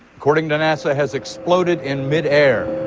according to nasa, has exploded in midair